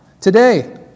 today